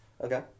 Okay